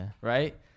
Right